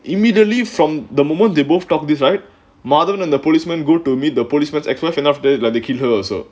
immediately from the moment they both talk this right madhavan and the policeman go to meet the policeman's ex wife and after that to kill herself